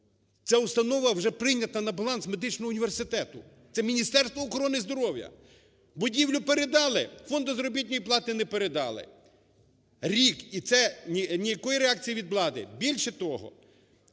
ця установа вже прийнята на баланс медичного університету. Це Міністерство охорони здоров'я! Будівлю передали, фонду заробітної плати не передали. Рік. І це ніякої реакції від влади. Більше того,